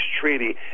treaty